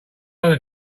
load